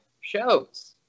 shows